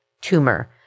tumor